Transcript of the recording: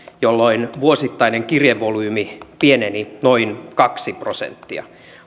jolloin vuosittainen kirjevolyymi pieneni noin kaksi prosenttia